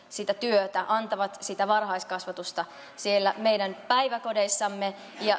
sitä työtä antavat sitä varhaiskasvatusta siellä meidän päiväkodeissamme